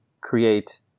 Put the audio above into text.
create